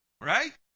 Right